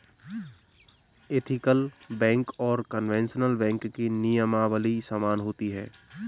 ethical bank और conventional bank की नियमावली समान होती है